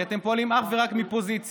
כי אתם פועלים אך ורק מפוזיציה.